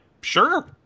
sure